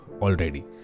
already